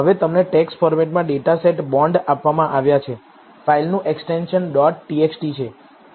હવે તમને ટેક્સ્ટ ફોર્મેટમાં ડેટાસેટ બોન્ડ આપવામાં આવ્યા છે ફાઇલનું એક્સ્ટેંશન ડોટ "txt" છે